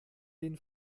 den